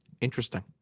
Interesting